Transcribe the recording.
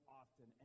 often